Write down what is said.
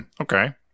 okay